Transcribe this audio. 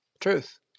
Truth